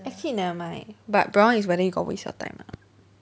exceed never mind but problem is whether you got waste your time or not